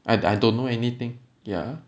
I I don't know anything ya